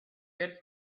good